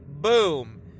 Boom